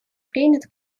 принят